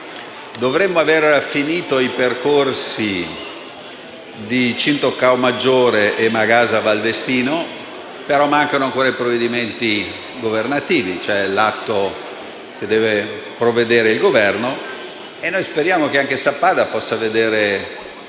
Dovremmo aver finito i percorsi di Cinto Caomaggiore, Magasa e Valvestino, però mancano ancora i provvedimenti governativi, cioè l'atto cui deve provvedere il Governo e noi speriamo che anche Sappada possa vedere la fine